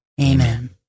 Amen